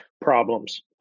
problems